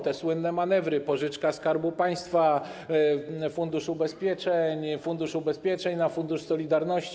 Te słynne manewry: pożyczka Skarbu Państwa, fundusz ubezpieczeń, fundusz ubezpieczeń na fundusz solidarności.